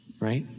right